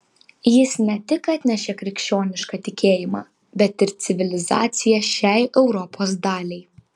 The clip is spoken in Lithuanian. jis ne tik atnešė krikščionišką tikėjimą bet ir civilizaciją šiai europos daliai